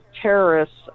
terrorists